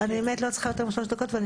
אני באמת לא צריכה יותר משלוש דקות ואני